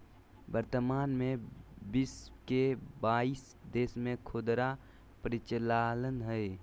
वर्तमान में विश्व के बाईस देश में खुदरा परिचालन हइ